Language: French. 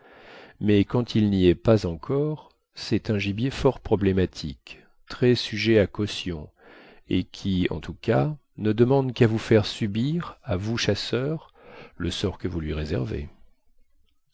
mais quand il n'y est pas encore c'est un gibier fort problématique très sujet à caution et qui en tout cas ne demande qu'à vous faire subir à vous chasseurs le sort que vous lui réservez